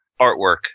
artwork